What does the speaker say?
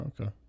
Okay